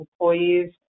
employees